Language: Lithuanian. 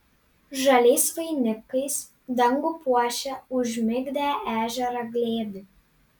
žaliais vainikais dangų puošia užmigdę ežerą glėby